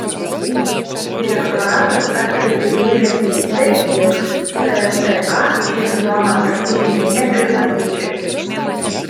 direktoratas atkreipė dėmesį į tai jog cska šį sezoną prasižengė ne pirmą sykį